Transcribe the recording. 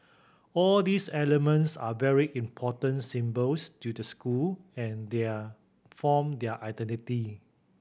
all these elements are very important symbols to the school and they are form their identity